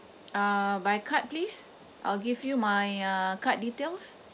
uh by card please I'll give you my uh card details